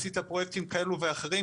עשית פרויקטים כאלו ואחרים.